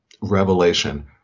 revelation